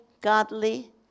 godly